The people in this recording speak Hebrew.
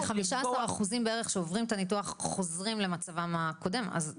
כ-15% שעוברים את הניתוח חוזרים למצבם הקודם, אז.